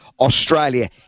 Australia